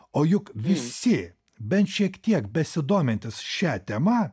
o juk visi bent šiek tiek besidomintys šia tema